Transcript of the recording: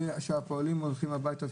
ושהפועלים הולכים הביתה.